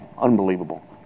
unbelievable